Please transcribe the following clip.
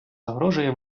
загрожує